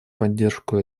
поддержку